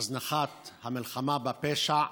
הזנחת המלחמה בפשע,